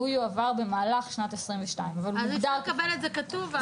והוא יועבר במהלך שנת 2022. אפשר לקבל את זה כתוב?